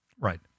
Right